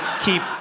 keep